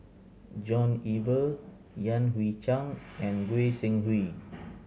John Eber Yan Hui Chang and Goi Seng Hui